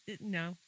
No